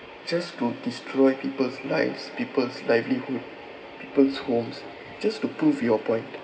just to destroy people's lives people's livelihood people's homes just to prove your point